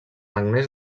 agnès